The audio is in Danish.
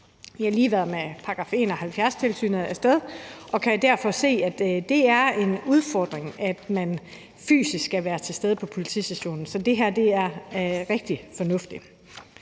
Vi har lige været med § 71-tilsynet af sted og kan derfor se, at det er en udfordring, at man fysisk skal være til stede på politistationen. Så det her er rigtig fornuftigt.